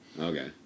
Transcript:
Okay